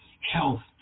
health